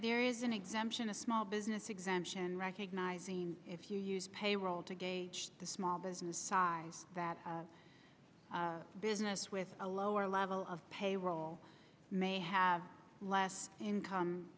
there is an exemption a small business exemption recognizing if you use payroll to gauge the small business size that business with a lower level of payroll may have less income